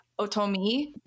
Otomi